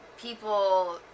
people